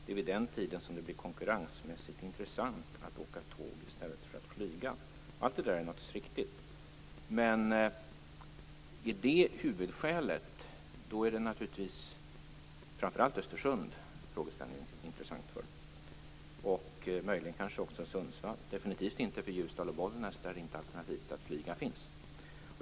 Det är vid den tiden som det blir konkurrensmässigt intressant att åka tåg i stället för att flyga. Allt detta är naturligtvis riktigt. Men om det är huvudskälet, är frågeställningen framför allt intressant för Östersund och möjligen också för Sundsvall. Den är definitivt inte intressant för Ljusdal och Bollnäs. Där finns inte alternativet att flyga.